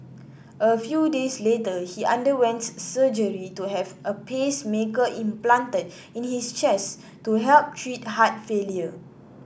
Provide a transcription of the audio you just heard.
a few days later he underwent surgery to have a pacemaker implanted in his chest to help treat heart failure